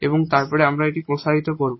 এবং তারপরে আমরা এটি প্রসারিত করব